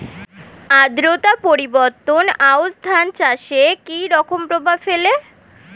আদ্রতা পরিবর্তন আউশ ধান চাষে কি রকম প্রভাব ফেলে?